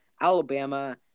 Alabama